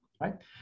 right